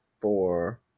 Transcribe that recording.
Four